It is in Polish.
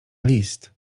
list